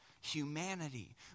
humanity